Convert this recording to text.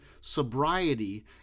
sobriety